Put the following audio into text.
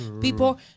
people